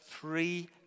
three